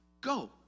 go